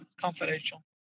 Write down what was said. confidential